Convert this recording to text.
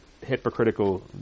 hypocritical